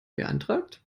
beantragt